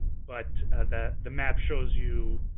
but the the map shows you